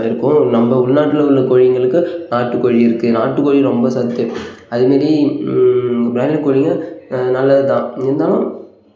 இருக்கும் நம்ம உள்நாட்டில் உள்ள கோழிகளுக்கு நாட்டுக்கோழி இருக்குது நாட்டுக்கோழி ரொம்ப சத்து அது மாரி ப்ராய்லர் கோழிங்கள் இப்போ நல்லது தான் இருந்தாலும்